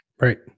Right